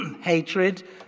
hatred